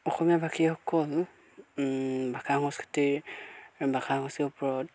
অসমীয়া ভাষীসকল ভাষা সংস্কৃতিৰ ভাষা সংস্কৃতিৰ ওপৰত